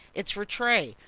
it's rattray,